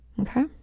okay